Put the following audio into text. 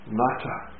matter